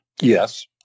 yes